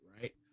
right